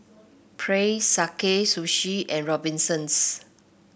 Praise Sakae Sushi and Robinsons